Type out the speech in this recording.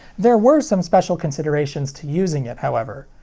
there were some special considerations to using it, however.